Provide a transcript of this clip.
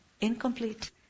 Incomplete